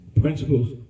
Principles